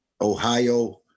Ohio